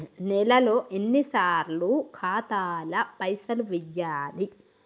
నెలలో ఎన్నిసార్లు ఖాతాల పైసలు వెయ్యాలి?